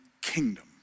kingdom